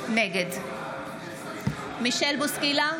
נגד מישל בוסקילה,